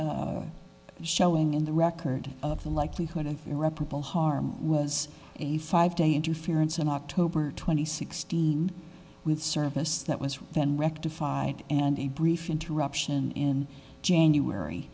showing in the record of the likelihood of irreparable harm was a five day interference in october twenty sixth seen with service that was then rectified and a brief interruption in january